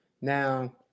Now